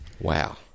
Wow